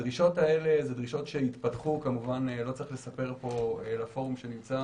הדרישות הללו התפתחו לא צריך לספר פה לפורום שנמצא